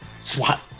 SWAT